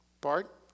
Bart